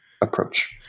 approach